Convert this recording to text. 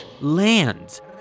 lands